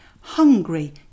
hungry